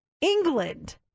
England